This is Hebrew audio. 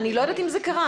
אני לא יודעת אם זה קרה.